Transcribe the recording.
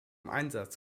einsatz